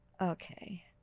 Okay